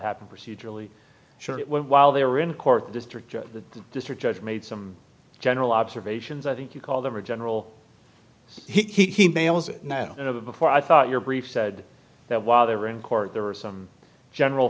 happened procedurally short while they were in court the district judge the district judge made some general observations i think you call them a general he before i thought your brief said that while they were in court there are some general